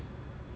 I eat